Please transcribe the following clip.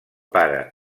pare